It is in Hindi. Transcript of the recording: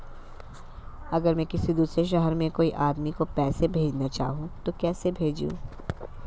अगर मैं किसी दूसरे शहर में कोई आदमी को पैसे भेजना चाहूँ तो कैसे भेजूँ?